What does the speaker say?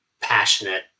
passionate